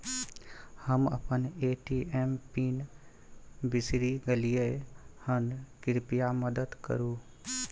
हम अपन ATM PIN बिसरि गलियै हन, कृपया मदद करु